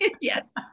Yes